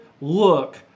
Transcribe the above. look